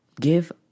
give